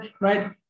right